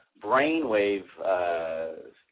brainwave